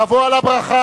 תבוא על הברכה,